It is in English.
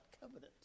covenant